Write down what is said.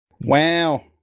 Wow